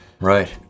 right